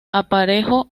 aparejo